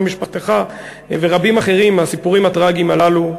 משפחתך ורבים אחרים מהסיפורים הטרגיים הללו.